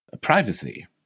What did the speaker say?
privacy